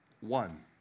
One